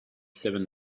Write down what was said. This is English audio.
seven